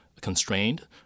constrained